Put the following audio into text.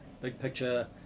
big-picture